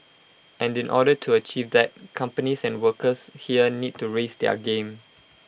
and in order to achieve that companies and workers here need to raise their game